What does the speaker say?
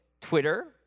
Twitter